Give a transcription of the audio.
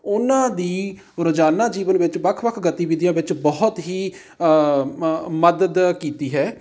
ਉਨ੍ਹਾਂ ਦੀ ਰੋਜ਼ਾਨਾ ਜੀਵਨ ਵਿੱਚ ਵੱਖ ਵੱਖ ਗਤੀਵਿਧੀਆਂ ਵਿੱਚ ਬਹੁਤ ਹੀ ਮ ਮਦਦ ਕੀਤੀ ਹੈ